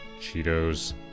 Cheetos